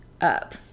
up